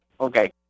Okay